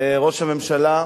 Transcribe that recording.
ראש הממשלה,